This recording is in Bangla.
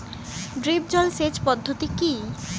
ড্রিপ জল সেচ পদ্ধতি কি?